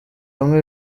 hamwe